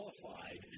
qualified